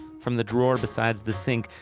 from the drawer beside the sink,